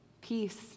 peace